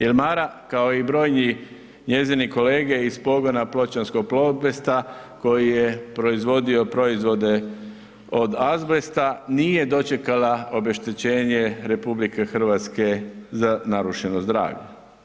Jer Mara kao i brojni njezini kolege iz pogona pločanskog Plobesta koji je proizvodio proizvode od azbesta nije dočekala obeštećenje RH za narušeno zdravlje.